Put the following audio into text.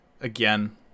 again